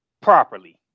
properly